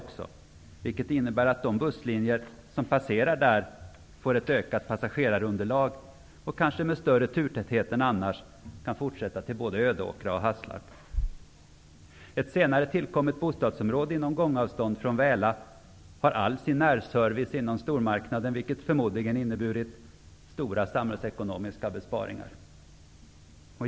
Det innebär att de busslinjer som passerar Väla får ett ökat passagerarunderlag och kanske med större turtäthet kan fortsätta till både Ödåkra och Ett senare tillkommet bostadsområde på gångavstånd från Väla har all sin närservice inom stormarknaden. Det har förmodligen inneburit stora samhällsekonomiska besparingar.